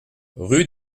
rue